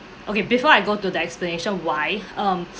okay before I go to the explanation why um